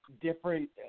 different